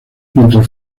mientras